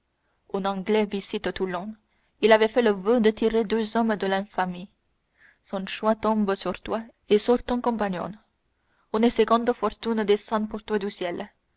un anglais visite toulon il avait fait le voeu de tirer deux hommes de l'infamie son choix tombe sur toi et sur ton compagnon une seconde fortune descend pour toi du ciel